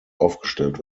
aufgestellt